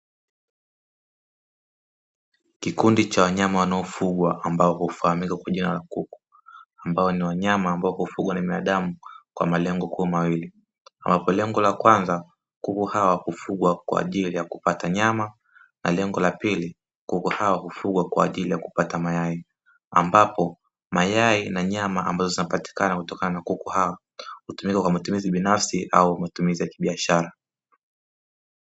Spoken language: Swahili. Kikundi cha wanyama wanaofugwa ambao hufaamika kwa jina la kuku, ambao ni wanyama ambao hufugwa na binadamu kwa malengo kuu mawili, ambapo lengo la kwanza kuku hawa hufugwa kwa ajili ya kupata nyama, na lengo la pili kuku hawa hufugwa kwa ajili ya kupata mayai, ambapo mayai na nyama ambazo zinazopatikana kwa kuku, hawa hutumika kwa matumizi binafsi au matumizi ya kibiashara.